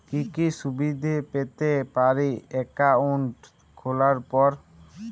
কি কি সুবিধে পেতে পারি একাউন্ট খোলার পর?